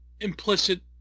implicit